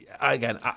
Again